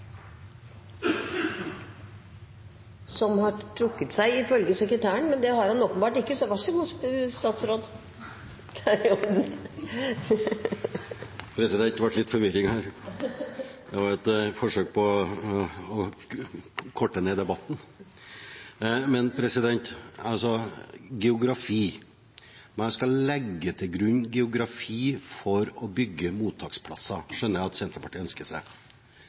ifølge stortingssekretæren trukket seg fra talerlisten, men det har han åpenbart ikke. Det ble litt forvirring her. Det var et forsøk på å korte ned debatten. Når det gjelder geografi – man skal legge til grunn geografi for å bygge mottaksplasser, det skjønner jeg at Senterpartiet ønsker seg.